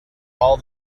all